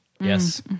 Yes